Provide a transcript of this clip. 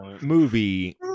movie